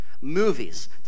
Movies